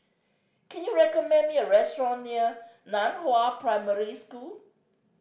can you recommend me a restaurant near Nan Hua Primary School